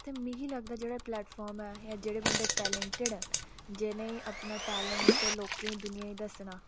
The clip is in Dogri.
ते मिगी लगदा ऐ जेह्ड़ा प्लैटफार्म ऐ जेह्ड़े बंदे टैलंटड जि'नेंगी अपना टैलंट लोकें गी दुनिया गी दस्सना